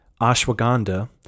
Ashwagandha